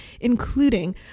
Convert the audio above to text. including